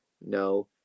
no